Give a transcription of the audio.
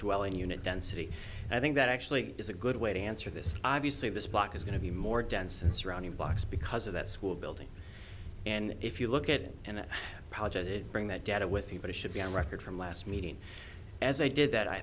dwelling unit density i think that actually is a good way to answer this obviously this block is going to be more dense in surrounding blocks because of that school building and if you look at it and project it bring that data with you but it should be on record from last meeting as i did that i